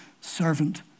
servant